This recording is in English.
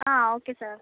okay sir